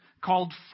called